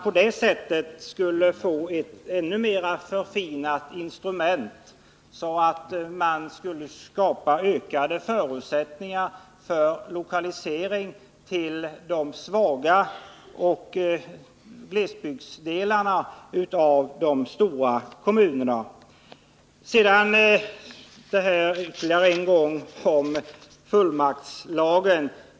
På det sättet skulle vi kunna få ett mera förfinat instrument för att styra lokalisering till de svaga glesbygdsdelarna i de stora kommunerna. Sedan ytterligare några ord om fullmaktslagen.